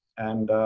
and